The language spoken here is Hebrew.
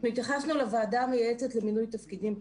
התייחסנו לוועדה המייעצת למינוי תפקידים בכירים.